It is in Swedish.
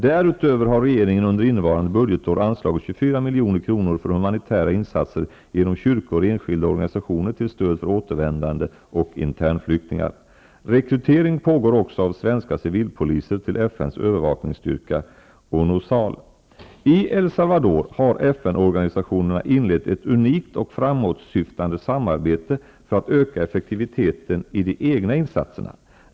Därutöver har regeringen under innevarande budgetår anslagit 24 milj.kr. för humanitära insatser genom kyrkor och enskilda organisationer till stöd för återvändande flyktningar och internflyktingar. Rekrytering pågår också av svenska civilpoliser till FN:s övervaknings styrka, ONUSAL. I El Salvador har FN-organisationerna inlett ett unikt och framåtsyftande samarbete för att öka effektiviteten i de egna insatserna.